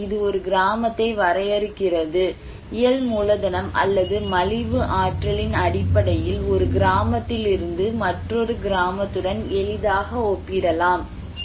எனவே இது ஒரு கிராமத்தை வரையறுக்கிறது இயல் மூலதனம் அல்லது மலிவு ஆற்றலின் அடிப்படையில் ஒரு கிராமத்திலிருந்து மற்றொரு கிராமத்துடன் எளிதாக ஒப்பிடலாம்